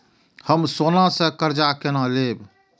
हम सोना से कर्जा केना लैब?